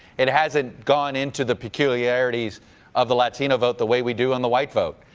it hasn't gone into the peculiarities of the latino vote the way we do on the white vote.